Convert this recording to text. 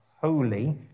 holy